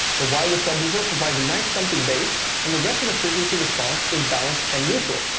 the wireless subwoofer provides nice thumpy bass, and the rest of the frequency response is balanced and neutral,